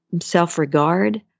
self-regard